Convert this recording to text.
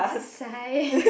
sigh